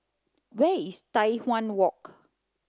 where is Tai Hwan Walk